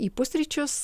į pusryčius